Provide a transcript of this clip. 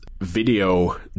video